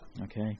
Okay